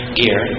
gear